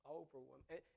overwhelmed